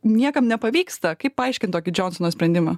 niekam nepavyksta kaip paaiškint tokį džonsono sprendimą